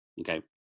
okay